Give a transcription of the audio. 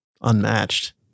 unmatched